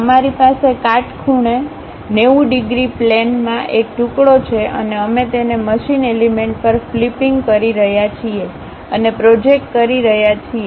અમારી પાસે કાટખૂણે 90 ડિગ્રી પ્લેનમાં એક ટુકડો છે અને અમે તેને મશીન એલિમેન્ટ પર ફ્લિપિંગ કરી રહ્યા છીએ અને પ્રોજેક્ટ કરી રહ્યા છીએ